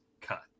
Cut